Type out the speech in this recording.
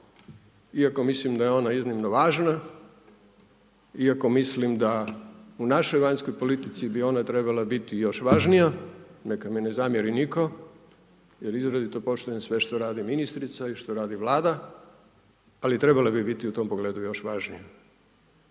iako mislim da je ona iznimno važna, iako mislim da u našoj vanjskoj politici bi ona trebala biti još važnija, neka mi ne zamjeri nitko jer izrazito poštujem sve što radi ministrica i što radi Vlada ali trebala bi biti u tom pogledu još važnija.